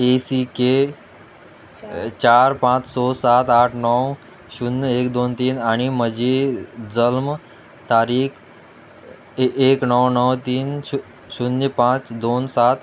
AC के चार पांच स सात आठ णव शुन्य एक दोन तीन आनी म्हजी जल्म तारीख एक णव णव तीन शु शुन्य पांच दोन सात